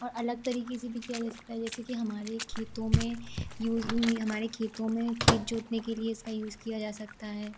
और अलग तरीक़े से भी किया जा सकता है जैसे कि हमारे खेतों में यूज़ हमारे खेतों में खेत जोतने के लिए इसका यूज़ किया जा सकता है